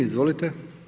Izvolite.